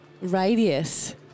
Radius